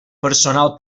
personal